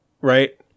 right